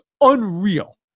unreal